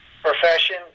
profession